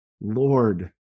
Lord